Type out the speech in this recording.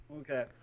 Okay